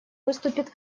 выступит